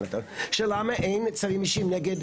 של למה אין צווים אישיים נגד